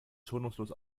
schonungslos